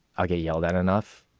ah get yelled at enough,